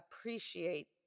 appreciate